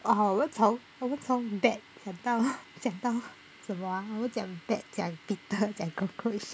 oh 我们从我们从 bat 讲到讲到什么啊我们讲 bat 讲 beetle 讲 cockroach